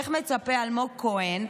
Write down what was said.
איך מצפה אלמוג כהן,